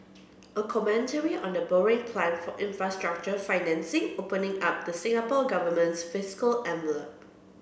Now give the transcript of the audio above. a commentary on the borrowing plan for infrastructure financing opening up the Singapore Government's fiscal envelope